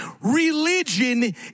religion